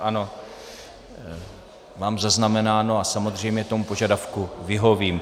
Ano, mám zaznamenáno a samozřejmě tomu požadavku vyhovím.